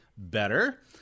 Better